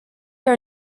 are